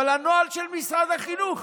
אבל הנוהל של משרד החינוך,